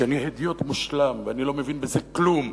שאני הדיוט מושלם ואני לא מבין בזה כלום,